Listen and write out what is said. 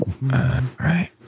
right